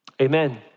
amen